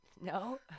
No